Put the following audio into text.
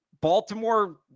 Baltimore